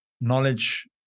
knowledge